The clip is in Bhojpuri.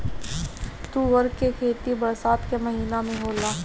तूअर के खेती बरसात के महिना में होला